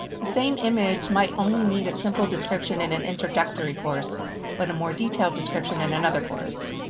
the same image might only need a simple description in an introductory course but a more detailed description in another course.